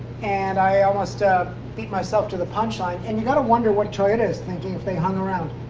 and i almost ah beat myself to the punch line. and you gotta wonder what toyota is thinking if they hung around.